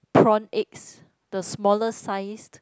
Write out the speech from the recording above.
prawn eggs the smaller sized